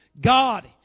God